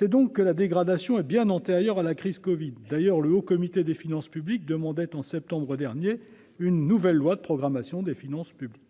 La dégradation est donc bien antérieure à la crise du covid-19. D'ailleurs, le Haut Conseil des finances publiques, le HCFP, demandait, en septembre dernier, une nouvelle loi de programmation des finances publiques.